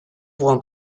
want